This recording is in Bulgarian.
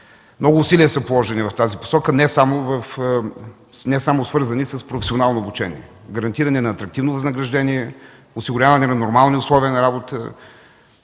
Много усилия са положени в тази посока, не само свързани с професионално обучение: гарантиране на атрактивно възнаграждение; осигуряване на нормални условия на работа;